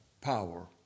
power